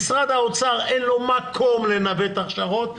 למשרד האוצר אין מקום לנווט הכשרות,